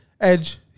Edge –